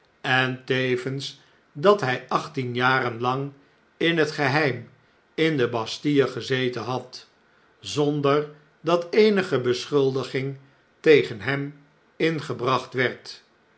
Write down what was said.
en tevens dat ihj achttien jaren lang in het geheim in de bastille gezeten had zonder dat eenige beschuldiging tegen hem ingebracht werd